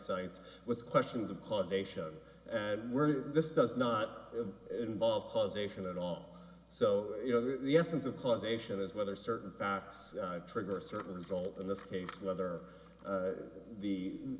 cites with questions of causation and this does not involve causation at all so you know the essence of causation is whether certain facts trigger a certain result in this case whether the